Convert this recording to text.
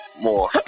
more